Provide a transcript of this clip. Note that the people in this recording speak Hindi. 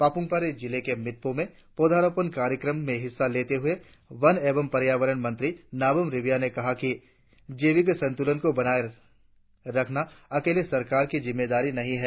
पाप्रमपारे जिले के मिदप्र में पौधारोपण कार्यक्रम में हिस्सा लेते हुए वन एवं पर्यावरण मंत्री नाबम रेबिया ने कहा कि जैविक संतुलन को बनाए रखना अकेले सरकार की जिम्मेदारी नहीं है